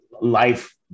life